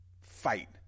fight